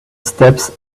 steps